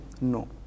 no